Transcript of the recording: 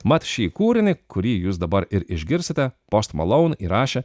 mat šį kūrinį kurį jūs dabar ir išgirsite post malone įrašė